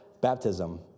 baptism